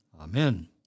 Amen